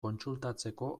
kontsultatzeko